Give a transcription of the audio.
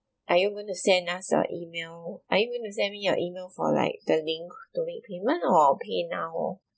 are you going to send us your email are you going to send me your email for like the link to repayment or paynow or